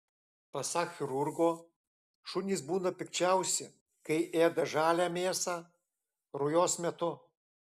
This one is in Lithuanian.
pasak chirurgo šunys būna pikčiausi kai ėda žalią mėsą rujos metu